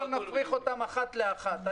אנחנו גם נפריך אותן אחת לאחת.